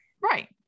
right